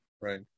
right